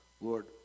Lord